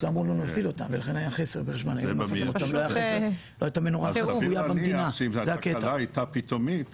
סביר להניח שאם התקלה הייתה פתאומית